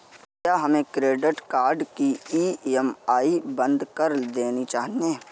क्या हमें credit card की ई.एम.आई बंद कर देनी चाहिए?